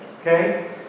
Okay